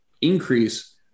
increase